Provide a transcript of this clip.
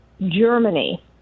Germany